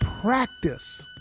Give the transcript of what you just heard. practice